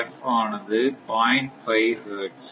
5 hertz